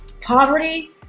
poverty